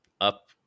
up